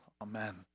Amen